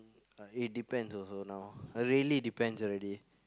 it depends also now really depends already